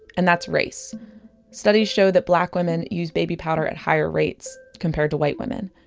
and that's race studies show that black women use baby powder at higher rates, compared to white women.